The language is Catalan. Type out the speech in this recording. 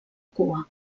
cua